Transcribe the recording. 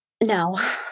No